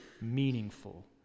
meaningful